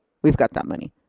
we've got that money.